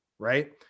Right